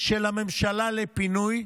של הממשלה לפינוי,